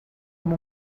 amb